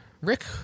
Rick